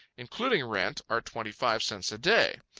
including rent, are twenty-five cents a day.